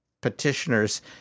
petitioners